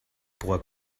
puga